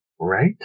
Right